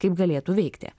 kaip galėtų veikti